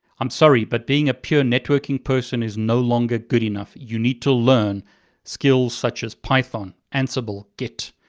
i'm sorry, but being a pure networking person is no longer good enough. you need to learn skills such as python, ansible, git,